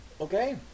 Okay